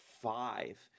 five